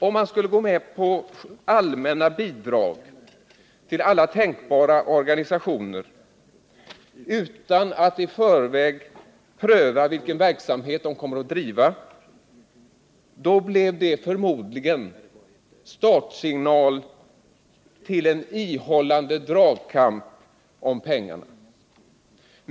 Om man skulle gå med på allmänna bidrag till alla tänkbara organisationer utan att i förväg pröva vilken verksamhet de kommer att driva, så blir det förmodligen startsignalen till en ihållande dragkamp om pengarna.